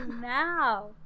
now